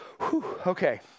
okay